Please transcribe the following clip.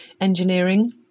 engineering